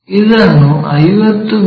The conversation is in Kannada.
ಇದನ್ನು 50 ಮಿ